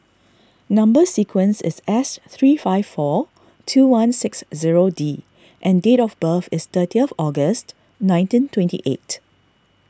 Number Sequence is S three five four two one six zero D and date of birth is thirty of August nineteen twenty eight